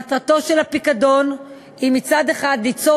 מטרתו של הפיקדון היא מצד אחד ליצור